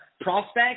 prospect